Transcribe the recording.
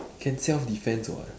can self-defence [what]